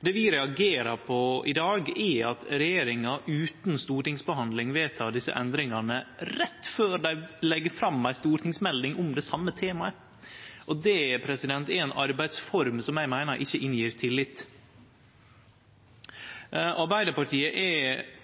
Det vi reagerer på i dag, er at regjeringa, utan stortingsbehandling, vedtek desse endringane rett før dei legg fram ei stortingsmelding om det same temaet. Det er ei arbeidsform som eg meiner ikkje skapar tillit.